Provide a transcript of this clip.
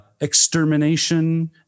extermination